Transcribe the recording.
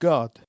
God